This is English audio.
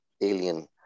alien